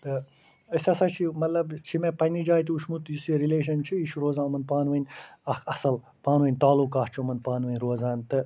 تہٕ أسۍ ہَسا چھِ مطلب چھِ مےٚ مطلب پَننہِ جایہِ تہِ وُچھمُت یُس یہِ رِلیشَن چھِ یہِ چھِ روزان یِمن پانہٕ وٲنۍ اَکھ اصٕل پانہٕ وٲنۍ تعلقات چھِ یِمن پانہٕ وٲنۍ روزان تہٕ